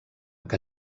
que